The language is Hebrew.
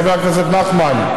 חבר הכנסת נחמן,